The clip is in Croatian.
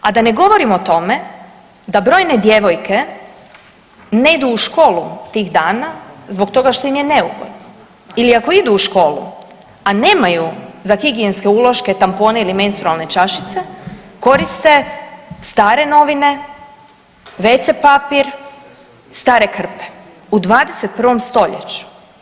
A da ne govorimo o tome da brojne djevojke ne idu u školu tih dana zbog toga što im je neugodno ili ako idu u školu, a nemaju za higijenske uloške, tampone ili menstrualne čašice koriste stare novine, wc papir, stare krpe u 21. stoljeću.